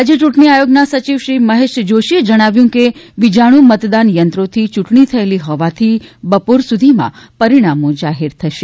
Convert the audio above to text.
રાજ્ય ચૂંટણી આયોગના સચિવ શ્રી મહેશ જોષી જણાવ્યું છે કે વીજાણુ મતદાન યંત્રોથી ચૂંટણી થયેલ હોવાથી બપોર સુધીમાં પરિણામો જાહેર થશે